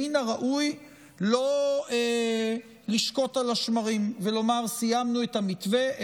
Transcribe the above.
מן הראוי לא לשקוט על השמרים ולומר: סיימנו את המתווה,